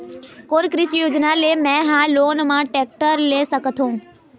कोन कृषि योजना ले मैं हा लोन मा टेक्टर ले सकथों?